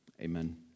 Amen